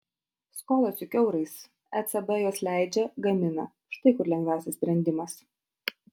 skolos juk eurais ecb juos leidžia gamina štai kur lengviausias sprendimas